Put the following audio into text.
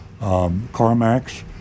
CarMax